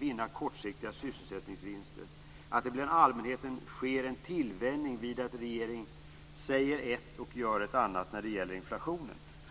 nå kortsiktiga sysselsättningsvinster att det bland allmänheten sker en tillvänjning vid att regeringen säger ett och gör ett annat när det gäller inflationen.